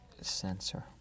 sensor